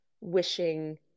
wishing